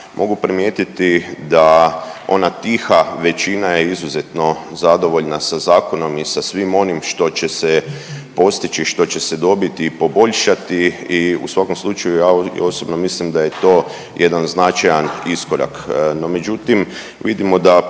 mogu primijetiti da ona tiha većina je izuzetno zadovoljna sa zakonom i sa svim onim što će se postići i što će se dobiti i poboljšati i u svakom slučaju ja osobno mislim da je to jedan značajan iskorak.